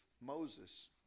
Moses